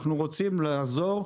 אנחנו רוצים לעזור,